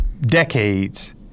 decades